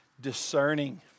discerning